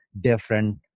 different